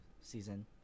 Season